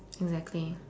exactly